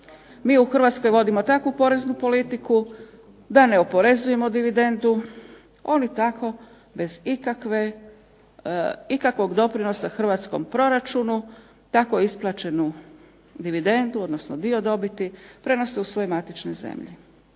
Mi u Hrvatskoj vodimo takvu poreznu politiku da ne oporezujemo dividendu, oni tako bez ikakvog doprinosa hrvatskom proračunu tako isplaćenu dividendu odnosno dio dobiti prenose u svoje matične zemlje.